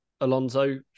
Alonso